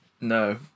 No